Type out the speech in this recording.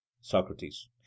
Socrates